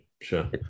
sure